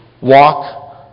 walk